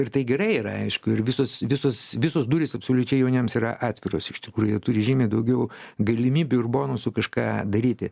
ir tai gerai yra aišku ir visos visos visos durys absoliučiai jauniems yra atviros iš tikrųjų jie turi žymiai daugiau galimybių ir bonusų kažką daryti